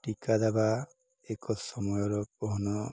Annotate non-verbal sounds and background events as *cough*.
ଟୀକା ଦେବା ଏକ ସମୟର *unintelligible*